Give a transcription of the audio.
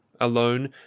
alone